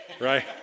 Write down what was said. right